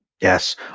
Yes